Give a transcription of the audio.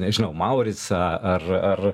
nežinau mauricą ar ar